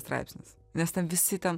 straipsnis nes ten visi ten